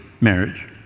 marriage